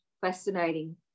fascinating